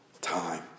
time